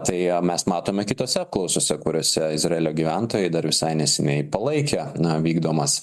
tai mes matome kitose apklausose kuriose izraelio gyventojai dar visai neseniai palaikė na vykdomas